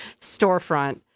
storefront